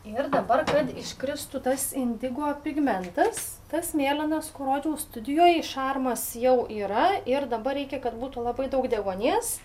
ir dabar kad iškristų tas indigo pigmentas tas mėlynas kur rodžiau studijoj šarmas jau yra ir dabar reikia kad būtų labai daug deguonies